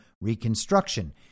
reconstruction